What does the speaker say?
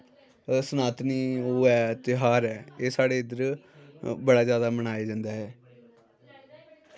सनातनी ओह् ऐ ध्यार ऐ एह् साढ़े इध्दर बड़ा जादा बनाया जंदा ऐ